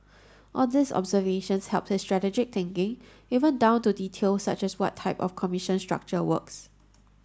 all these observations helped his strategic thinking even down to details such as what type of commission structure works